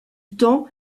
temps